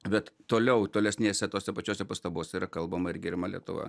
bet toliau tolesnėse tose pačiose pastabose yra kalbama ir giriama lietuva